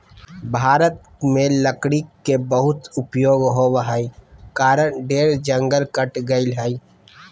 भारत में लकड़ी के बहुत उपयोग होबो हई कारण ढेर जंगल कट गेलय हई